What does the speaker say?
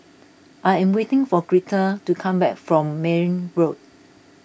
I am waiting for Greta to come back from Mayne Road